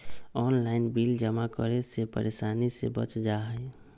Online bill जमा करे से परेशानी से बच जाहई?